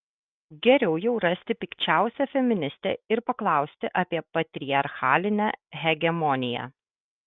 geriau jau rasti pikčiausią feministę ir paklausti apie patriarchalinę hegemoniją